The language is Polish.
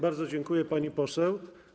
Bardzo dziękuję, pani poseł.